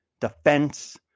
defense